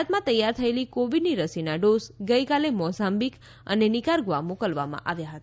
ભારતમાં તૈયાર થયેલી કોવીડની રસીના ડોઝ ગઇકાલે મોઝાંબીક અને નીકારગ્વા મોકલવામાં આવ્યા હતા